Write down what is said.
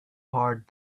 heart